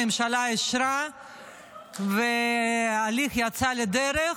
הממשלה אישרה וההליך יצא לדרך.